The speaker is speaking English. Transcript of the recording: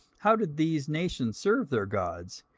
how did these nations serve their gods?